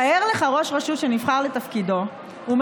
תאר לך ראש רשות שנבחר לתפקידו והוא